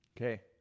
Okay